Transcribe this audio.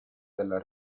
della